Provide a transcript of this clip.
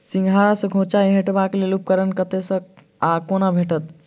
सिंघाड़ा सऽ खोइंचा हटेबाक लेल उपकरण कतह सऽ आ कोना भेटत?